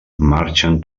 marxen